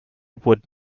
would